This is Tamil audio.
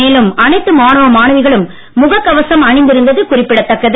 மேலும் அனைத்து மாணவ மாணவிகளும் முகக் கவசம் அணிந்து இருந்தது குறிப்பிடதக்கது